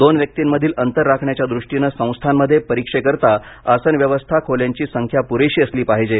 दोन व्यक्तिंमधील अंतर राखण्याच्या दृष्टिनं संस्थांमध्ये परीक्षेकरिता आसन व्यवस्था खोल्यांची संख्या पुरेशी असली पाहिजे